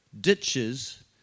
ditches